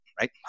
right